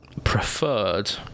preferred